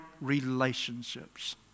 relationships